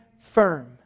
firm